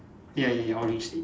ya ya on his seat